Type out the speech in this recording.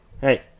Hey